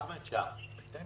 לעניין סעיף 4(ד),